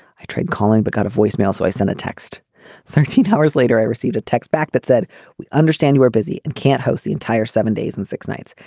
i tried calling but got a voicemail so i sent a text thirteen hours later i received a text back that said we understand you're busy and can't host the entire seven days and six nights.